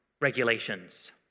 regulations